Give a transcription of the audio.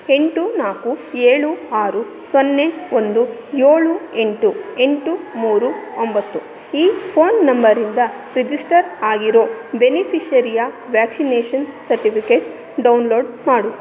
ಎಂಟು ನಾಲ್ಕು ಏಳು ಆರು ಸೊನ್ನೆ ಒಂದು ಏಳು ಎಂಟು ಎಂಟು ಮೂರು ಒಂಬತ್ತು ಈ ಫೋನ್ ನಂಬರಿಂದ ರಿಜಿಸ್ಟರ್ ಆಗಿರೋ ಬೆನಿಫಿಷರಿಯ ವ್ಯಾಕ್ಸಿನೇಷನ್ ಸರ್ಟಿಫಿಕೇಟ್ಸ್ ಡೌನ್ಲೋಡ್ ಮಾಡು